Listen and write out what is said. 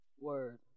Word